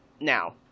Now